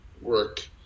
work